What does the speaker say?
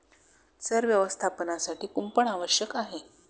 चर व्यवस्थापनासाठी कुंपण आवश्यक आहे